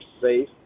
safe